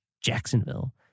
Jacksonville